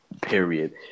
period